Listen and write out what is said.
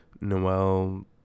Noel